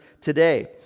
today